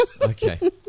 Okay